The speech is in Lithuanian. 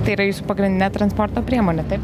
tai yra jūsų pagrindinė transporto priemonė taip